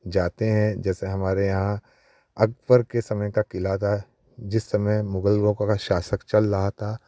जाते हैं जैसे हमारे यहाँ अकबर के समय का किला आता है जिस समय मुगल लोगों का शासक चल रहा था